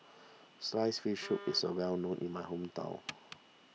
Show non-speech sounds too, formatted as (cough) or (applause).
Sliced Fish Soup (noise) is a well known in my hometown